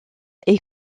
est